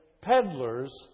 peddlers